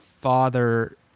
father